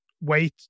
wait